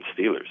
Steelers